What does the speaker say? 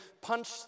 punch